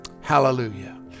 Hallelujah